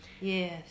Yes